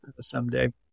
someday